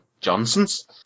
Johnsons